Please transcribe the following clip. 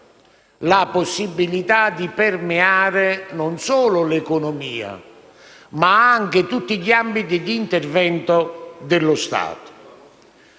la possibilità di permeare non solo l'economia, ma anche tutti gli ambiti d'intervento dello Stato?